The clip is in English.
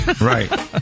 Right